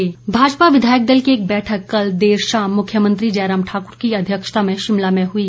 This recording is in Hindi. भाजपा विघायक दल भाजपा विधायक दल की एक बैठक कल देर शाम मुख्यमंत्री जयराम ठाकुर की अध्यक्षता में शिमला में हुई